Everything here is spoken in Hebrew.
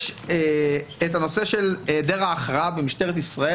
יש נושא של היעדר ההכרעה במשטרת ישראל